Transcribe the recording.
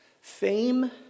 fame